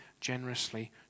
generously